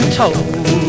told